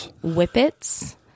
Whippets